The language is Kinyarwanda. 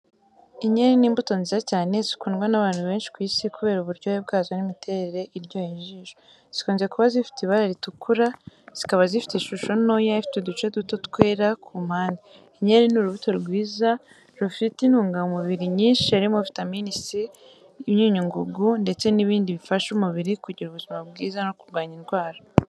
Inkeri ni imbuto nziza cyane zikundwa n’abantu benshi ku Isi kubera uburyohe bwazo n’imiterere iryoheye ijisho. Zikunze kuba zifite ibara ritukura, zikaba zifite ishusho ntoya ifite uduce duto twera ku mpande. Inkeri ni urubuto rwiza rufite intungamubiri nyinshi harimo vitamine C, imyunyungugu, ndetse n’ibindi bifasha umubiri kugira ubuzima bwiza no kurwanya indwara.